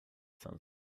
sunset